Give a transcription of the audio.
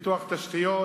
בפיתוח תשתיות,